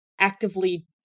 actively